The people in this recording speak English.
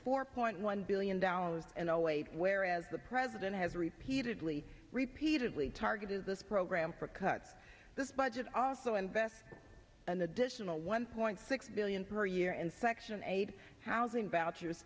four point one billion dollars and zero eight where as the president has repeatedly repeatedly targeted this program for cuts this budget also invest an additional one point six billion per year in section eight housing vouchers